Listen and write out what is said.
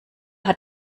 hat